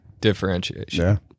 differentiation